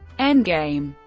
endgame